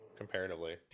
comparatively